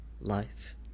life